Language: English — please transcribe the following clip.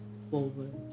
forward